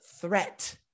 Threat